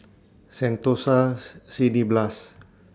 Sentosa's Cineblast